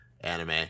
anime